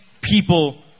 people